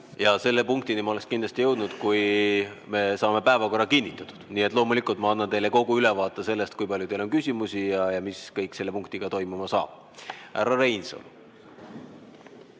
Jaa, selle punktini ma oleksin kindlasti jõudnud pärast seda, kui me saame päevakorra kinnitatud. Loomulikult ma annan teile kogu ülevaate sellest, kui palju teil on küsimusi ja mis kõik selle punktiga toimuma hakkab. Härra Reinsalu!